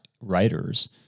writers